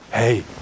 Hey